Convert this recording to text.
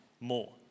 more